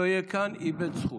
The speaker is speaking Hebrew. מי שלא יהיה כאן איבד זכות.